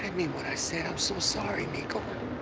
what i said. i'm so sorry, nico.